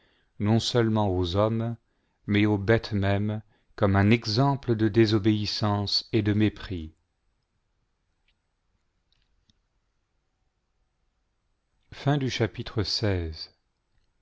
non seulement aux hommes mais aux bêtes même comme un exemple de désobéissance et de mét